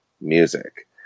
music